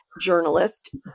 journalist